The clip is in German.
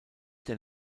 der